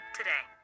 today